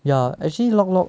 ya actually lok lok